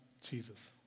Jesus